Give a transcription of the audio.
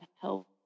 help